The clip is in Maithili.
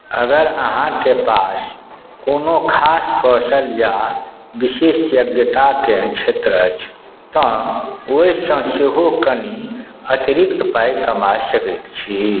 अगर अहाँके पास कोनो खास कौशल या विशेषज्ञताकेँ क्षेत्र अछि तऽ ओहिसंँ सेहो कनि अतिरिक्त पाइ कमा सकैत छी